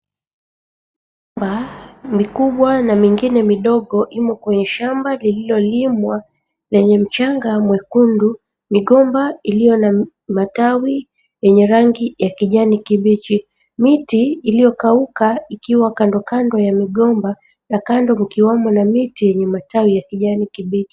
Kwa mikubwa na mengine midogo imo kwenye shamba lililolimwa, lenye mchanga mwekundu. Migomba iliyo na matawi yenye rangi ya kijani kibichi. Miti iliyokauka ikiwa kandokando ya migomba. Na kando mkiwamo na miti yenye matawi ya kijani kibichi.